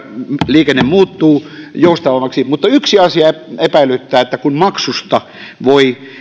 liikenne muuttuu joustavammaksi mutta yksi asia epäilyttää kun maksusta voi